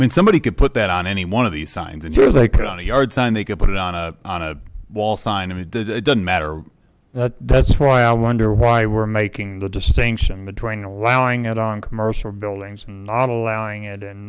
when somebody could put that on any one of these signs and where they could on a yard sign they could put it on a on a wall sign and he did it doesn't matter that's why i wonder why we're making the distinction between allowing out on commercial buildings and not allowing it